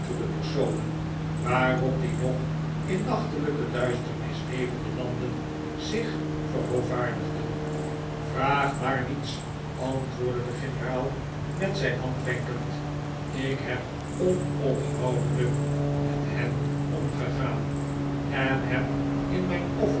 getitelde personen waarop die nog in nachtelijke duisternis levende landen zich verhoovaardigden vraag maar niets antwoordde de generaal met zijn hand wenkerid ik heb onophoudelijk met hen omgegaan en heb in mijn